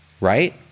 right